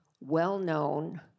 well-known